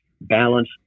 balance